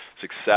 success